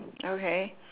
okay